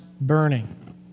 burning